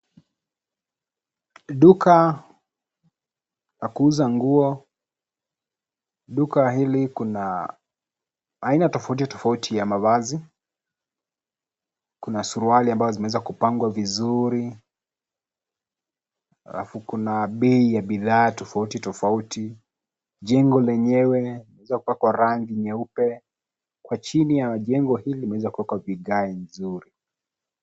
Duka la kuuza nguo. Duka hili Kuna aina tofauti tofauti ya mavazi. Kuna suruali ambazo zimeweza kupangwa vizuri, alafu kuna beii ya bidhaa tofauti tofauti. Jengo lenyewe limeweza kupakwa rangi nyeupe. Kwa chini ya jengo hili limeweza kuwekwa vigae nzuri.